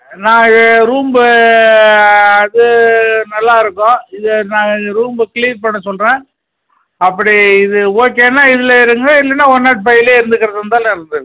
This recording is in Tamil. நான் ஏ ரூம்பு அது நல்லாருக்கும் இது நான் ஏ ரூம்பு க்ளீன் பண்ண சொல்லுறேன் அப்படி இது ஓகேன்னா இதுல இருங்க இல்லன்னா ஒன் நாட் ஃபைல இருந்துக்கறதாக இருந்தாலும் இருந்துங்க